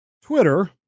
Twitter